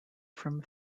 from